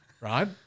right